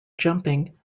jumping